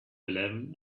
eleven